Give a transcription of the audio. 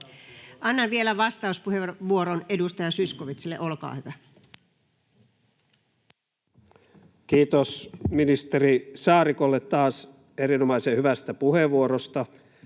Annan vielä vastauspuheenvuoron edustaja Zyskowiczille. — Olkaa hyvä. Kiitos ministeri Saarikolle taas erinomaisen hyvästä puheenvuorosta.